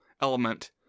element